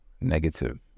negative